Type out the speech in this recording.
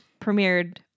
premiered